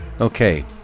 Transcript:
Okay